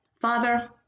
Father